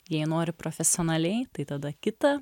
jei nori profesionaliai tai tada kita